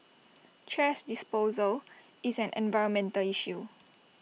thrash disposal is an environmental issue